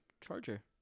Charger